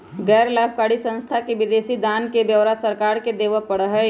गैर लाभकारी संस्था के विदेशी दान के ब्यौरा सरकार के देवा पड़ा हई